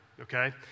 Okay